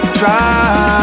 try